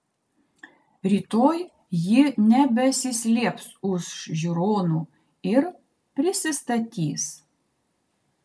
rytoj ji nebesislėps už žiūronų ir prisistatys